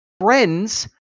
Friends